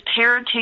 parenting